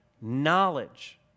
knowledge